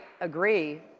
agree